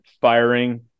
firing